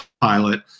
pilot